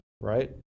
Right